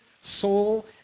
soul